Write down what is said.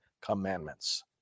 commandments